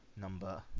number